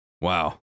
Wow